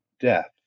death